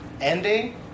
ending